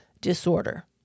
disorder